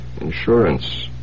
insurance